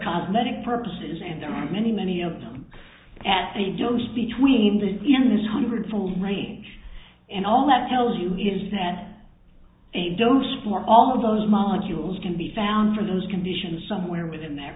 cosmetic purposes and there are many many of them at a dose between the d m is hundred full range and all that tells you is that a dose for all of those molecules can be found for those conditions somewhere within that